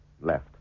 Left